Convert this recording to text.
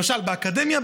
למשל באקדמיה,